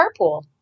carpool